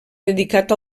dedicat